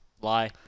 Lie